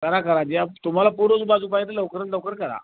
करा करा जी आ तुम्हाला पूर्वेची बाजू पाहिजे तर लवकरात लवकर करा